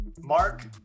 Mark